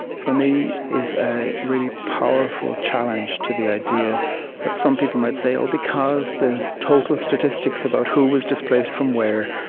for me, is a really powerful challenge to the idea that some people might say, oh, because the total statistics about who was displaced from where,